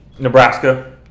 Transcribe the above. Nebraska